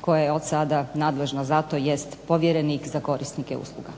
koja je od sada nadležna za to jest povjerenik za korisnike usluga.